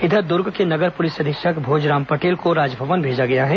इधर दूर्ग के नगर पुलिस अधीक्षक भोजराम पटेल को राजभवन भेजा गया है